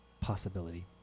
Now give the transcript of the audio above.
possibility